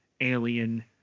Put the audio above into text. alien